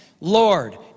Lord